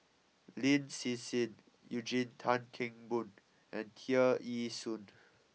Lin Hsin Hsin Eugene Tan Kheng Boon and Tear Ee Soon